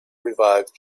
revived